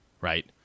Right